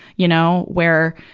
you know, where,